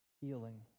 healing